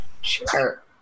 Sure